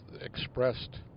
expressed